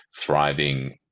thriving